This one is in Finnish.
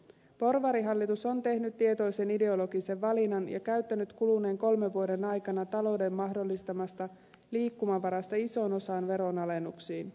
porvarihallitus on tehnyt tietoisen ideologisen valinnan ja käyttänyt kuluneen kolmen vuoden aikana talouden mahdollistamasta liikkumavarasta ison osan veronalennuksiin